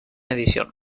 edición